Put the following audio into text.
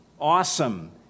awesome